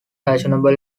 fashionable